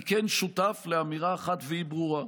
אני כן שותף לאמירה אחת, והיא ברורה: